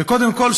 וקודם כול,